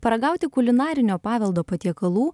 paragauti kulinarinio paveldo patiekalų